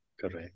Correct